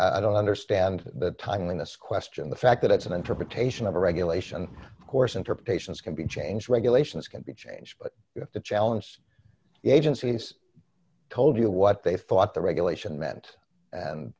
and i don't understand the time in this question the fact that it's an interpretation of a regulation course interpretations can be changed regulations can be changed but you have to challenge the agencies told you what they thought the regulation meant